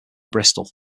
bristol